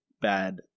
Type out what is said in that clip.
bad